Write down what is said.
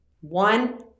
One